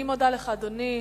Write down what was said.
אני מודה לך, אדוני.